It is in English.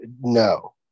no